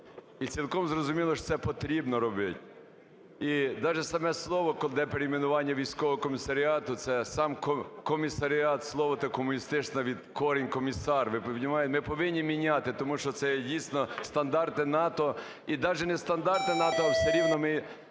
і цілком зрозуміло, що це потрібно робити. І навіть саме слово, коли йде перейменування військового комісаріату, це сам "комісаріат" - слово те комуністичне, від корінь – "комісар", - ми повинні міняти. Тому що це є дійсно стандарти НАТО, і навіть не стандарти НАТО, а все рівно ми